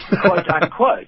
quote-unquote